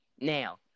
Now